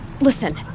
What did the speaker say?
listen